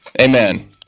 Amen